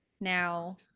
Now